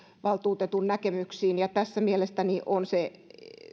valtuutetun näkemyksiin ja tässä mielestäni on se